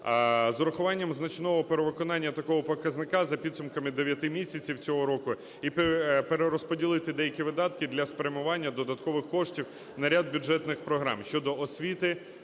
З врахуванням значного перевиконання такого показника за підсумками дев'яти місяців цього року і перерозподілити деякі видатки для спрямування додаткових коштів на ряд бюджетних програм щодо освіти,